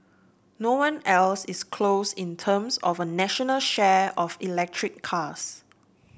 no one else is close in terms of a national share of electric cars